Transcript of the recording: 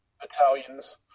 battalions